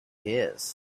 his